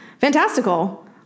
Fantastical